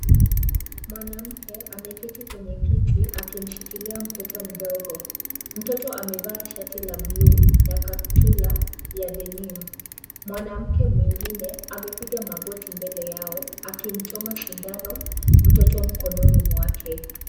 Mwanamke, ameketi kwenye kiti akimshikilia mtoto mdogo. Mtoto amevaa shati la bluu na kaptula ya denimu. Mwanamke mwingine amepiga magoti mbele yao, akimchoma sindano mtoto mkononi mwake.